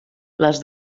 les